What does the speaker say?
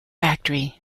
factory